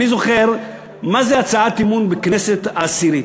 אני זוכר מה זה הצעת אי-אמון בכנסת העשירית,